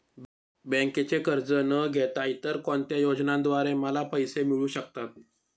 बँकेचे कर्ज न घेता इतर कोणत्या योजनांद्वारे मला पैसे मिळू शकतात?